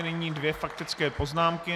Nyní dvě faktické poznámky.